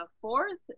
fourth